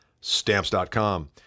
Stamps.com